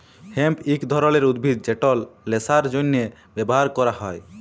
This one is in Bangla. হেম্প ইক ধরলের উদ্ভিদ যেট ল্যাশার জ্যনহে ব্যাভার ক্যরা হ্যয়